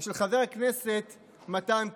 הם של חבר הכנסת מתן כהנא.